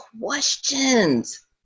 questions